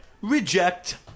Reject